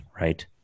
right